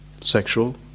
sexual